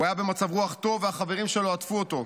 הוא היה במצב רוח טוב והחברים שלו עטפו אותו.